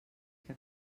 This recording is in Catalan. que